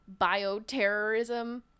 bioterrorism